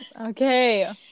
Okay